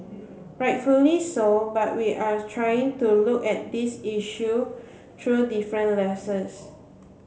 rightfully so but we are trying to look at these issue through different lenses